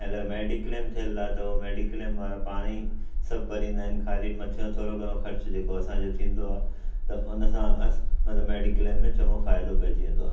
ऐं अगरि मेडिक्लेम थियल आहे त हो मेडिक्लेम वारा पाण ई सभु भरींदा आहिनि खाली मथियो थोरो घणो ख़र्चु जेको असांजो थींदो आहे त हुन सां असां मतिलबु मेडिक्लेम में चङो फ़ाइदो पइजी वेंदो आहे